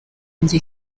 njye